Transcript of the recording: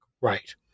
Right